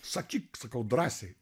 sakyk sakau drąsiai